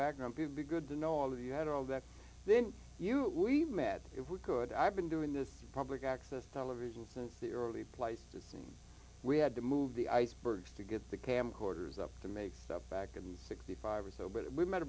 background to be good to know all of you had all that then you we've met if we could i've been doing this public access television since the early pleistocene we had to move the icebergs to get the camcorders up to make stuff back and the sixty five or so bit we met